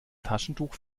taschentuch